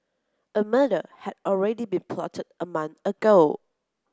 a murder had already been plotted a month ago